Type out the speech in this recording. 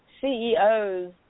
CEOs